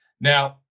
Now